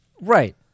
right